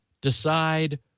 decide